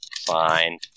Fine